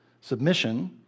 submission